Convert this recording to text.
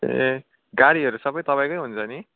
ए गाडीहरू सबै तपाईँकै हुन्छ नि